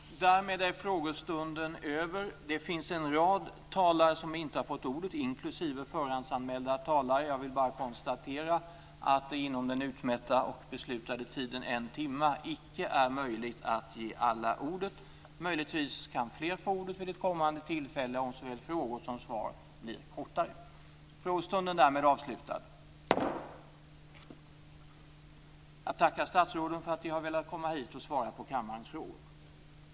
Tack. Därmed är frågestunden över. Det finns en rad talare som inte har fått ordet, inklusive förhandsanmälda talare. Jag vill konstatera att det inom den utmätta och beslutade tiden en timma icke är möjligt att ge alla ordet. Möjligtvis kan fler få ordet vid ett kommande tillfälle om såväl frågor som svar blir kortare. Jag tackar statsråden för att ni har velat komma hit och svara på kammarens frågor. Frågestunden är därmed avslutad.